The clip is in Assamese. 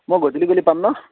মই গধূলি গ'লে পাম ন